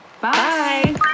Bye